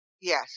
Yes